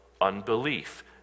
unbelief